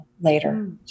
later